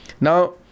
Now